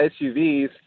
suvs